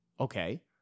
Okay